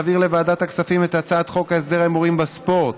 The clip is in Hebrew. להעביר לוועדת הכספים את הצעת החוק להסדר ההימורים בספורט